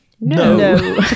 No